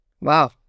Wow